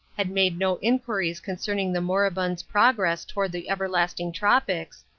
had made no inquiries concerning the moribund's progress toward the everlasting tropics,